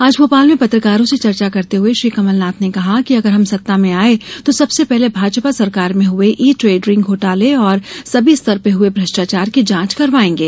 आज भोपाल में पत्रकारों से चर्चा करते हुये श्री कमलनाथ ने कहा कि अगर हम सत्ता में आये तो सबसे पहले भाजपा सरकार में हुये ई टेंडरिंग घोटाले और सभी स्तर पर हुये भ्रष्टाचार की जांच करवायेंगे